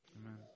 Amen